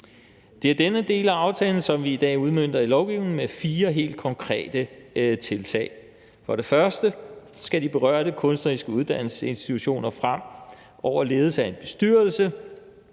det er denne del af aftalen, som vi i dag udmønter i lovgivning med fire helt konkrete tiltag. For det første skal de berørte kunstneriske uddannelsesinstitutioner fremover ledes af en bestyrelse,